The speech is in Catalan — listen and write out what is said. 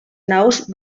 naus